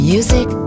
Music